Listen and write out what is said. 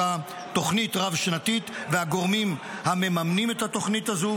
אותה תוכנית רב-שנתית והגורמים המממנים את התוכנית הזו,